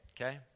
Okay